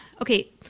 Okay